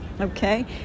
Okay